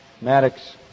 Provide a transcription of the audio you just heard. Maddox